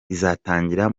izatangira